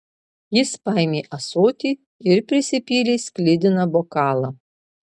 jis paėmė ąsotį ir prisipylė sklidiną bokalą